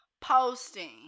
posting